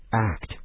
act